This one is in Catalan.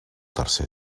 tercer